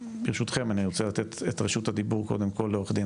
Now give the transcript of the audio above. ברשותכם אני רוצה לתת את רשות הדיבור קודם כל לעורך דין